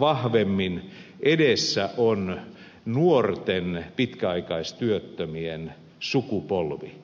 vahvemmin edessä on nuorten pitkäaikaistyöttömien sukupolvi